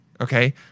Okay